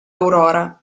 aurora